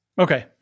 Okay